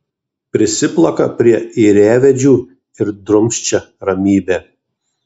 prisiplaka prie ėriavedžių ir drumsčia ramybę